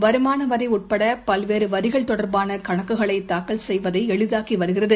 வருமானவரிஉட்படபல்வேறுவரிகள் மேலும் தொடர்பானகணக்குகளைதாக்கல் செய்வதைஎளிதாக்கிவருகிறது